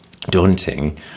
daunting